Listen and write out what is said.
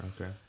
Okay